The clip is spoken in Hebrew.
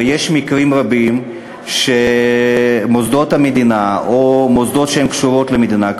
ויש מקרים רבים שמוסדות המדינה או מוסדות שקשורים למדינה,